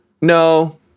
No